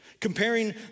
Comparing